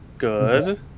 Good